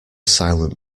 silent